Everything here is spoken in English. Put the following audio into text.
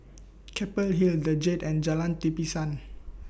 Keppel Hill The Jade and Jalan Tapisan